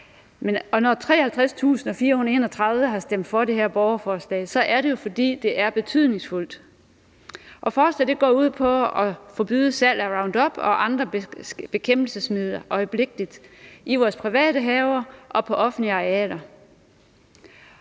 Når 53.431 har skrevet under på det her borgerforslag, er det jo, fordi det er betydningsfuldt. Forslaget går ud på øjeblikkeligt at forbyde salg af Roundup og andre bekæmpelsesmidler til brug i vores private haver og på offentlige arealer.